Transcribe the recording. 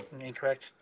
incorrect